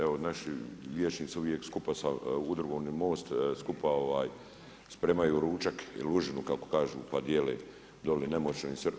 Evo naši vijećnici uvijek skupa sa Udrugom MOST skupa spremaju ručak ili užinu kako kažu pa dijele dole nemoćnim.